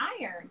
iron